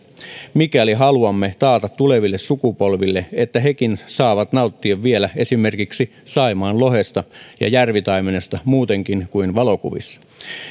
mikäli haluamme taata tuleville sukupolville että hekin saavat nauttia vielä esimerkiksi saimaanlohesta ja järvitaimenesta muutenkin kuin valokuvissa